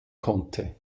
konnte